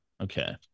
Okay